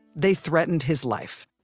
they threatened his life.